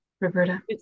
Roberta